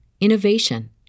innovation